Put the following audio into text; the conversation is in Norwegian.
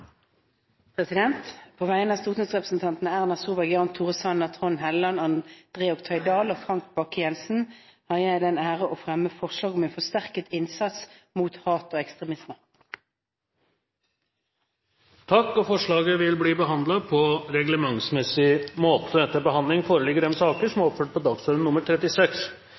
representantforslag. På vegne av stortingsrepresentantene Jan Tore Sanner, Trond Helleland, André Oktay Dal, Frank Bakke-Jensen og meg selv har jeg den ære å fremme forslag om forsterket innsats mot hat og ekstremisme. Forslaget vil bli behandlet på reglementsmessig måte Før sakene på dagens kart tas opp til behandling